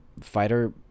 fighter